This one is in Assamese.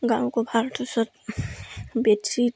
গাৰু কভাৰ তাৰপিছত বেডশ্বীট